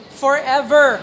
forever